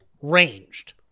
ranged